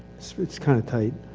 it's kinda tight.